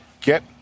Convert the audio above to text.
Get